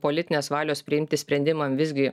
politinės valios priimti sprendimam visgi